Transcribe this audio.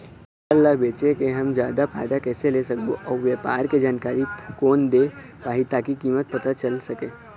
फसल ला बेचे के हम जादा फायदा कैसे ले सकबो अउ व्यापार के जानकारी कोन दे पाही ताकि कीमत पता चल सके?